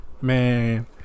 Man